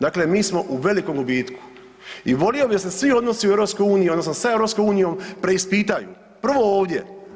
Dakle, mi smo u velikom gubitku i volio bi da se svi odnosi u EU odnosno sa EU preispitaju, prvo ovdje.